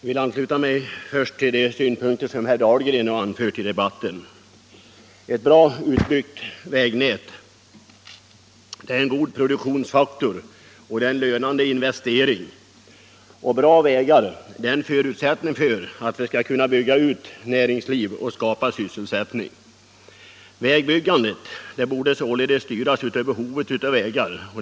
Herr talman! Jag vill först ansluta mig till de synpunkter som herr Dahlgren anfört i debatten. Ett bra utbyggt vägnät är en god produktionsfaktor och en lönande investering, och bra vägar är dessutom en förutsättning för att vi skall kunna bygga ut näringsliv och skapa sysselsättning. Vägbyggandet borde således styras av behovet av vägar.